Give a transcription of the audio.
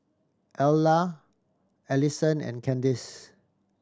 Ayla Allisson and Candice